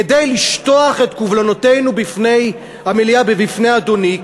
כדי לשטוח את קובלנותינו בפני המליאה ובפני אדוני,